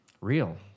real